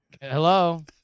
Hello